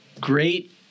Great